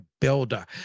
builder